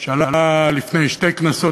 ומבקש את תמיכתכם בו, שעלה לפני שתי כנסות.